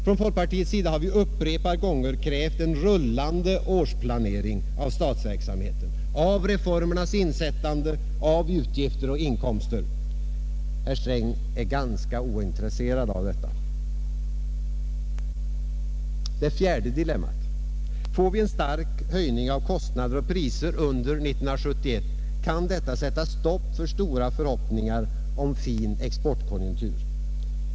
Från folkpartiets sida har vi upprepade gånger krävt en rullande årsplanering av statsverksamheten, av reformernas insättande, av utgifter och inkomster. Herr Sträng är ganska ointresserad av detta. Det fjärde dilemmat: Får vi en stark höjning av kostnader och priser under 1971, kan detta sätta stopp för stora förhoppningar om fin exportkonjunktur.